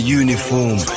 uniform